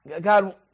God